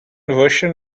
version